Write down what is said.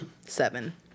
Seven